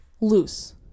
loose